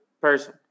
person